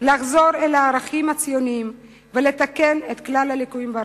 לחזור אל הערכים הציוניים ולתקן את כלל הליקויים בארצנו.